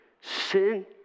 Sin